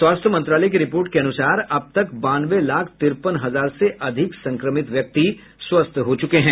स्वास्थ्य मंत्रालय की रिपोर्ट के अनुसार अब तक बानवे लाख तिरपन हजार से अधिक संक्रमित व्यक्ति स्वस्थ हो चुके हैं